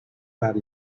bad